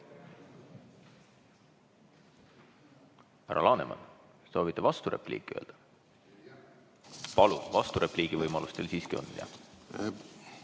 Härra Laneman, soovite vasturepliiki öelda? Palun! Vasturepliigivõimalus teil siiski on.